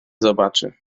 zobaczy